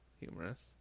humorous